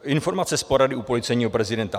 Informace z porady u policejního prezidenta.